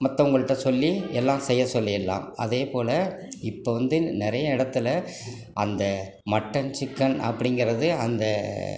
மத்தவங்கள்ட சொல்லி எல்லாம் செய்ய சொல்லியெலாம் அதேபோல இப்போ வந்து நிறைய இடத்துல அந்த மட்டன் சிக்கன் அப்படிங்கறது அந்த